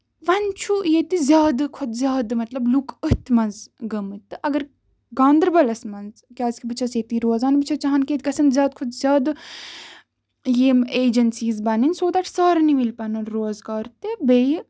وۄنۍ چھُ ییٚتہِ زیادٕ کھۄتہٕ زیادٕ مطلب لُکھ أتھۍ منٛز گٔمٕتۍ تہٕ اَگر گاندربَلس منٛز کیازِ کہِ بہٕ چھَس ییٚتی روزان بہٕ چھَس چاہان کہِ ییٚتہِ گژھن زیادٕ کھۄتہٕ زیادٕ یِم ایٚجنسیٖز بَنٕنۍ سو ڈیٹ سارنی مِلہِ پَنُن روزگار تہِ بیٚیہِ